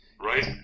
Right